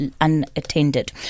unattended